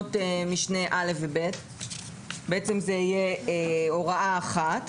זאת תהיה הוראה אחת.